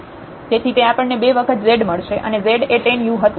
તેથી તે આપણને 2 વખત z મળશે અને z એ tan u હતું